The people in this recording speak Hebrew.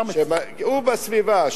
הוא בסביבה.